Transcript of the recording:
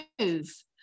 move